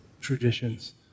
traditions